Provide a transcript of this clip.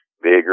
bigger